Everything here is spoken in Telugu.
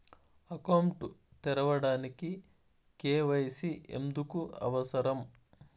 అకౌంట్ తెరవడానికి, కే.వై.సి ఎందుకు అవసరం?